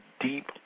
deep